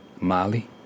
Molly